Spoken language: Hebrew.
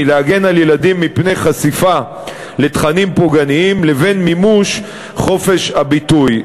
להגן על ילדים מפני חשיפה לתכנים פוגעניים לבין מימוש חופש הביטוי.